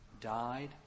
died